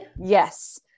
Yes